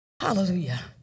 Hallelujah